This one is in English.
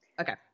Okay